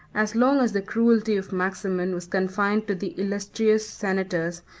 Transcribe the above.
as long as the cruelty of maximin was confined to the illustrious senators,